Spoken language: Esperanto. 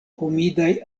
humidaj